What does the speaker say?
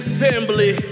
family